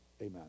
amen